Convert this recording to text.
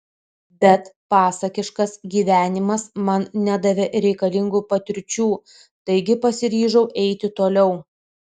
bet pasakiškas gyvenimas man nedavė reikalingų patirčių taigi pasiryžau eiti toliau